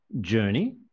journey